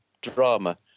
drama